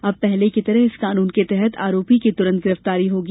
अब पहले की तरह इस कानून के तहत आरोपी की तुरन्त गिरफ्तारी होगी